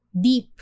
deep